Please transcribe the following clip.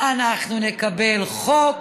אנחנו נקבל חוק,